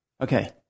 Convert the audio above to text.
Okay